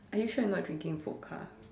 are you sure you are not drinking vodka